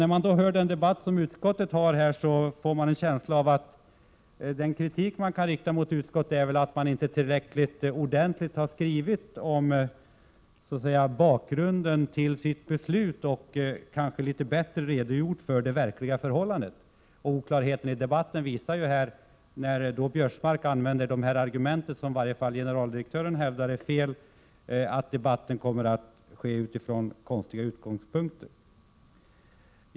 När man hör debatten i utskottet får man en känsla av att den kritik som kan riktas mot utskottet är att det inte tillräckligt ordentligt har redogjort för bakgrunden till beslutet och de verkliga förhållandena. Det visar oklarheterna i debatten, där Karl-Göran Biörsmark använder de argument som i varje fall generaldirektören hävdar är felaktiga. Då kommer debatten att ske utifrån konstiga utgångspunkter.